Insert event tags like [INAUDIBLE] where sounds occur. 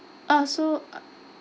ah so [NOISE]